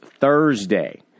Thursday